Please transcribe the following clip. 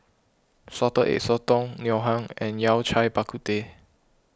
Salted Egg Sotong Ngoh Hiang and Yao Cai Bak Kut Teh